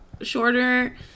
shorter